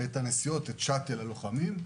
את שאט"ל הלוחמים,